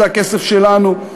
זה הכסף שלנו.